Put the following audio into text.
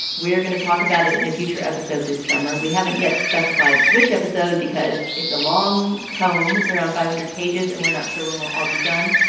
going to talk about it in a future episode this summer. we haven't yet specified which episode because it's a long tome, it's around five hundred pages and we're not sure when we'll all be done,